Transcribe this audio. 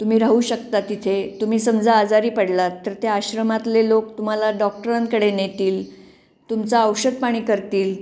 तुम्ही राहू शकता तिथे तुम्ही समजा आजारी पडलात तर त्या आश्रमातले लोक तुम्हाला डॉक्टरांकडे नेतील तुमचं औषधपाणी करतील